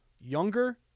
Younger